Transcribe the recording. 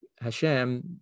Hashem